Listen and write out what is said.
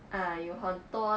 ah 有很多